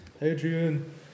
Adrian